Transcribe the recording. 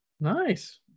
Nice